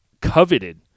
coveted